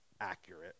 accurate